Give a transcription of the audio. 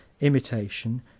imitation